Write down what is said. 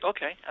Okay